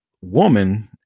woman